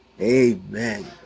Amen